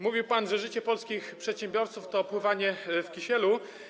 Mówił pan, że życie polskich przedsiębiorców to pływanie w kisielu.